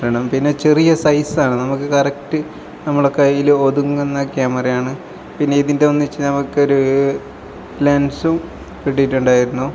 വേണം പിന്നെ ചെറിയ സൈസാണ് നമുക്ക് കറക്റ്റ് നമ്മുടെ കയ്യിൽ ഒതുങ്ങുന്ന ക്യാമറയാണ് പിന്നെ ഇതിൻ്റെ ഒന്നിച്ച് നമുക്കൊരു ലെൻസും കിട്ടീട്ടുണ്ടായിരുന്നു